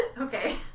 Okay